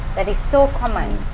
that is so common,